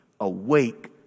awake